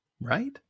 right